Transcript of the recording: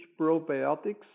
probiotics